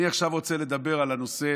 אני עכשיו רוצה לדבר על הנושא